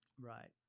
right